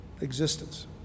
existence